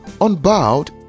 unbowed